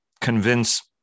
convince